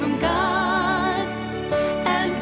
from god and